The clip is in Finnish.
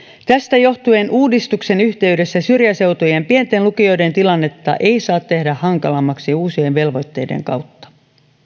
tästä johtuen uudistuksen yhteydessä syrjäseutujen pienten lukioiden tilannetta ei saa tehdä hankalammaksi uusien velvoitteiden kautta